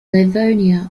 livonia